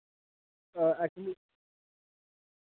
actually